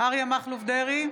אריה מכלוף דרעי,